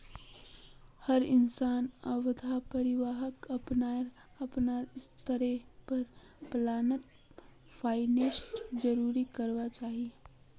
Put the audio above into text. हर इंसान अथवा परिवारक अपनार अपनार स्तरेर पर पर्सनल फाइनैन्स जरूर करना चाहिए